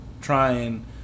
trying